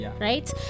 Right